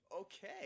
Okay